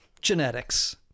genetics